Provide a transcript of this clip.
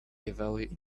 value